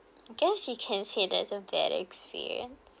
I guess it can said that it's a bad experience